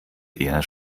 eher